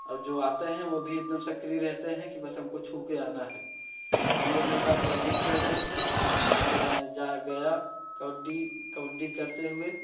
और जो आते हैं वो भी एकदम सक्रिय रहते हैं कि बस हमको छूके आना है हम लोग एकबार कबड्डी खेल रहे थे तो मैं जा गया कबड्डी कबड्डी करते हुए